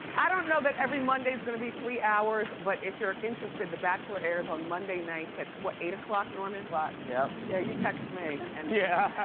i don't know, but every monday's gonna be three hours. but if you're interested, the bachelor airs on monday nights, at what eight o'clock, norman? yeah. yeah, you text me. and yeah